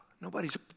nobody's